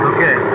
Okay